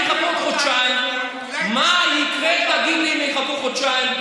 חודשיים בחו"ל, מה יקרה אם הם יחכו עוד חודשיים?